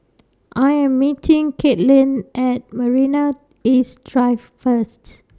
I Am meeting Kaitlynn At Marina East Drive First